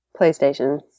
PlayStation